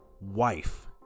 Wife